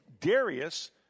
Darius